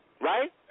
right